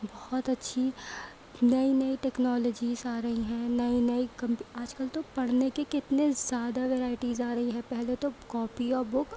بہت اچھی نئی نئی ٹیکنالوجیز آ رہی ہیں نئی نئی آج کل تو پڑھنے کے کتنے زیادہ ورائٹیز آ رہی ہے پہلے تو کاپی اور بک